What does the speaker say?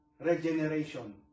regeneration